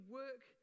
work